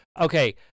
okay